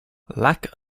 lack